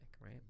right